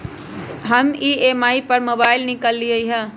हम ई.एम.आई पर मोबाइल किनलियइ ह